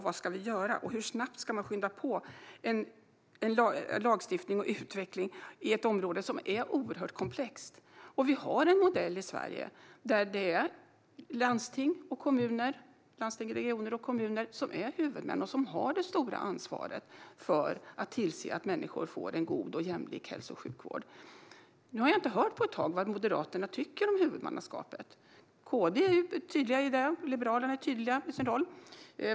Vad ska vi göra, och hur mycket ska vi skynda på en lagstiftning och utveckling på ett område som är oerhört komplext? Vi har modellen i Sverige att det är landsting, regioner och kommuner som är huvudmän och som har det stora ansvaret för att tillse att människor får en god och jämlik hälso och sjukvård. Nu har jag inte hört på ett tag vad Moderaterna tycker om huvudmannaskapet. KD liksom Liberalerna är tydliga i frågan.